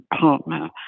partner